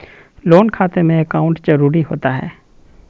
Loan खाते में account जरूरी होता है?